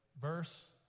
verse